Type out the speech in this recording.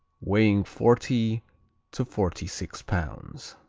weighing forty to forty-six pounds.